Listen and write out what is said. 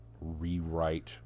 rewrite